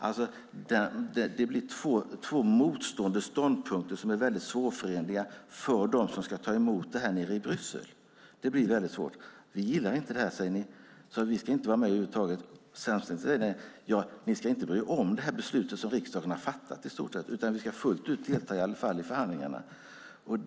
Det blir två motstående ståndpunkter som är väldigt svårförenliga för dem som ska ta emot det nere i Bryssel. Vi gillar inte det här, säger ni, så vi ska inte vara med över huvud taget. Samtidigt säger ni att ja, ni ska i stort sett inte bry er om det här beslutet som riksdagen har fattat, utan vi ska fullt ut delta i förhandlingarna i alla fall.